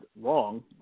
wrong